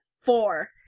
four